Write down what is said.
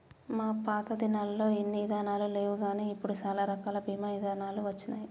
మా పాతదినాలల్లో ఇన్ని ఇదానాలు లేవుగాని ఇప్పుడు సాలా రకాల బీమా ఇదానాలు వచ్చినాయి